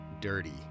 dirty